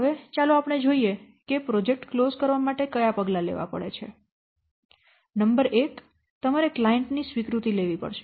હવે ચાલો આપણે જોઈએ કે પ્રોજેક્ટ ક્લોઝ કરવા માટે કયા પગલા લેવા પડે છે નંબર એક તમારે ક્લાયંટ ની સ્વીકૃતિ લેવી પડશે